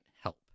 help